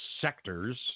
sectors